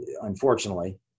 unfortunately